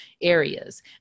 areas